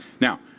Now